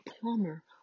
plumber